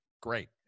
Great